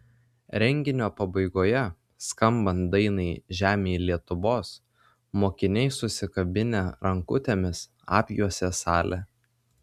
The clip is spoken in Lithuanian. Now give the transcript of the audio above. renginio pabaigoje skambant dainai žemėj lietuvos mokiniai susikabinę rankutėmis apjuosė salę